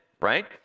right